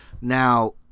Now